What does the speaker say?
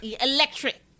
Electric